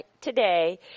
today